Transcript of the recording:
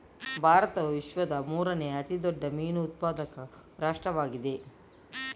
ಭಾರತವು ವಿಶ್ವದ ಮೂರನೇ ಅತಿ ದೊಡ್ಡ ಮೀನು ಉತ್ಪಾದಕ ರಾಷ್ಟ್ರವಾಗಿದೆ